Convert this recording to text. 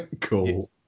cool